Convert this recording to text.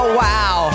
wow